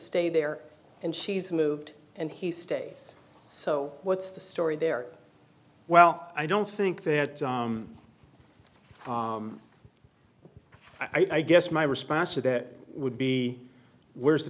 stay there and she's moved and he stays so what's the story there well i don't think that i guess my response to that would be where's the